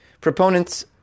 Proponents